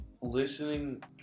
listening